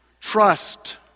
Trust